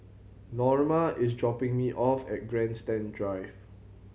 Norma is dropping me off at Grandstand Drive